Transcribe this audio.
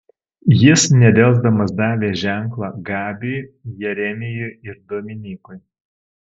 jis nedelsdamas davė ženklą gabiui jeremijui ir dominykui